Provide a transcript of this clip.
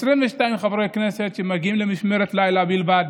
22 חברי כנסת מגיעים למשמרת לילה בלבד,